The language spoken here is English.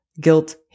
guilt